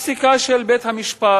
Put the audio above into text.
הפסיקה של בית-המשפט,